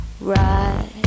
Right